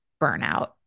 burnout